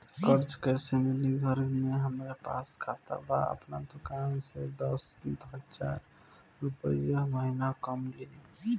कर्जा कैसे मिली घर में हमरे पास खाता बा आपन दुकानसे दस पंद्रह हज़ार रुपया महीना कमा लीला?